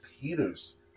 Peter's